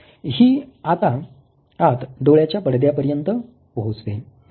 हि आता आत डोळ्याच्या पडद्या पर्यंत पोहचते